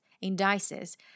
indices